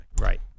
Right